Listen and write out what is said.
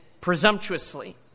presumptuously